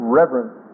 reverence